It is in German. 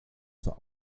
zur